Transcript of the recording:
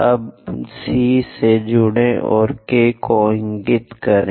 अब C से जुड़ें और K को इंगित करें